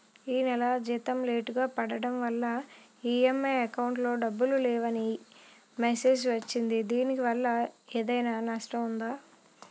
ఈ నెల జీతం లేటుగా పడటం వల్ల ఇ.ఎం.ఐ అకౌంట్ లో డబ్బులు లేవని మెసేజ్ వచ్చిందిదీనివల్ల ఏదైనా నష్టం ఉందా?